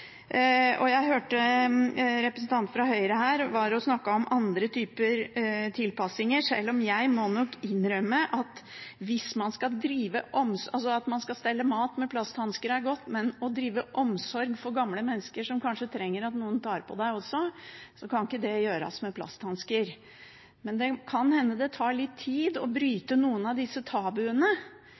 sitt. Jeg hørte en representant fra Høyre her snakke om andre typer tilpasninger. Jeg må nok innrømme at det å stelle i stand mat med plasthansker på er greit, men omsorg til gamle mennesker som kanskje trenger at noen også tar på en, kan ikke gis med plasthansker på. Men det kan hende det tar litt tid å bryte noen av disse tabuene.